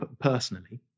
personally